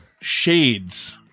shades